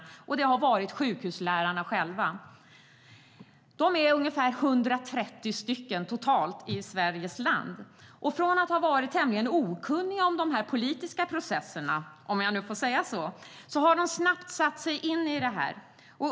Det har varit sjukhuslärarna själva. De är ungefär 130 lärare totalt i Sverige. Från att ha varit tämligen okunniga om de politiska processerna - om jag får säga så - har de snabbt satt sig in i dem.